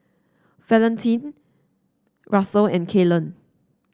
Valentine Russel and Kaylen